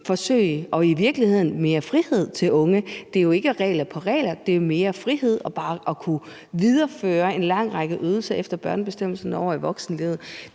ungeforsøg og i virkeligheden give mere frihed til unge? Det er jo ikke regler på regler; det er mere frihed og bare at kunne videreføre en lang række ydelser efter børnebestemmelsen over i voksenlivet.